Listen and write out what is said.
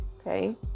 Okay